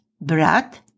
brat